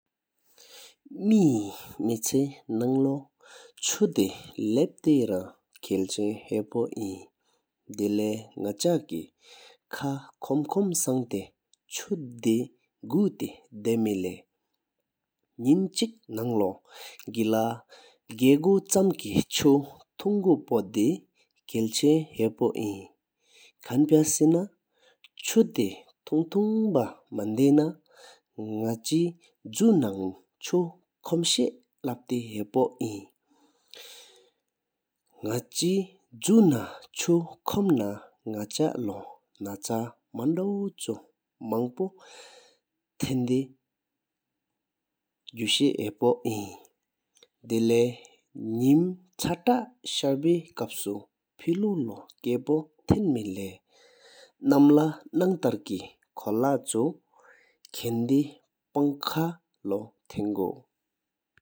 སྨད་ཧེ་སྨད་ཚེ་ནང་ལོ་བཅུ་དེ་ལབ་ཏེ་རང་ཁལ་ཆེན་ཧཱ་པོ་ཨིན། དལེཡ་ནག་ཆ་སྐད་ཁ་ཁོམ་ཁོམ་སང་ཏོ་བཅུ་དེ་གུ་ཏེ་དམེ་ལེ། ཉིམ་ཆེག་ནང་ལོ་གེ་ལ་ག་གུ་ཆམ་སྐད་བཅུ་ཐུང་དགུ་པོ་དེ་ཁལ་ཆེན་ཧཱ་པོ་ཨིན། གཁན་ཕ་སེ་ན་བཅུ་དེ་ཐུང་ཐུང་བ་མན་དེ་ན་ནག་ཆེ་ཇུ་ནང་བཅུ་ཁོམ་ཤར་ལབ་ཏེ་ཧཱ་པོ་ཨིན། ནག་ཆེ་ཇུ་ནང་བཅུ་ཁོམ་ན་ནག་ཆ་ལོ་ནག་ཆ་མན་དོའུ་བཅུ་མང་པོ་ཐན་དེ་གུ་ཤ་ཧཱ་པོ་ཨིན། དལེཡ་ཉིམ་ཆ་ཏ་ཤར་བེ་ཀླད་སུ་འཕེ་ལུ་ལོ་ཀ་པོ་ཐེན་མི་ལེ། ནམ་ལ་ནང་དར་སྐད་ཁོ་ལ་བཅུ་ཁ་ད་ཕང་ཁ་ལོ་ཐེན་གའོ།